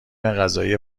غذایی